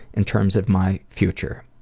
in terms of my future.